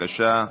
בבקשה,